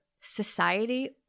society